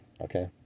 Okay